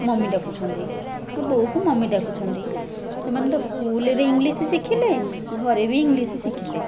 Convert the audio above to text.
mummy ଡାକୁଛନ୍ତି କି ବୋଉକୁ ମମି ଡ଼ାକୁଛନ୍ତି ସେମାନେ ତ ସ୍କୁଲରେ ଇଂଲିଶ୍ ଶିଖିଲେ ଘରେ ବି ଇଂଲିଶ୍ ଶିଖିଲେ